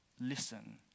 listen